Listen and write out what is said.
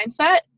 mindset